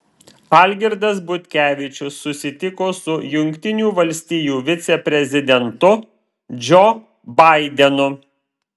algirdas butkevičius susitiko su jungtinių valstijų viceprezidentu džo baidenu